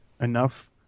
enough